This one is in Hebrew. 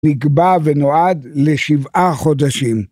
נקבע ונועד לשבעה חודשים.